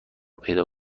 پیدا